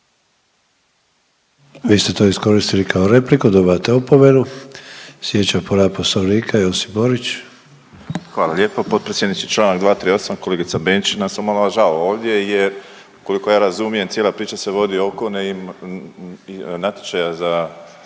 Vi ste to iskoristili kao repliku, dobivate opomenu. Sljedeća povreda Poslovnika, Josip Borić. **Borić, Josip (HDZ)** Hvala lijepo potpredsjedniče, čl. 238, kolegica Benčić nas omalovažava ovdje jer, koliko ja razumijem, cijela priča se vodi oko natječaja za